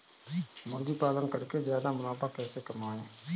मुर्गी पालन करके ज्यादा मुनाफा कैसे कमाएँ?